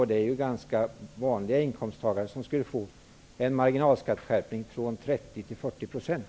Således är det ganska många inkomsttagare som skulle få en marginalskattehöjning från 30 % till 40 %.